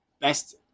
best